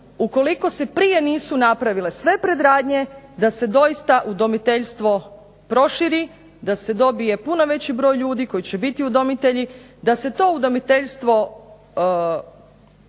ukoliko se prije nisu napravile sve predradnje da se doista udomiteljstvo proširi, da se dobije puno veći broj ljudi koji će biti udomitelji, da se to udomiteljstvo